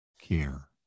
care